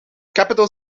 capital